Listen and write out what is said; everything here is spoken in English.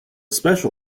special